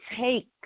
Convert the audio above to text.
take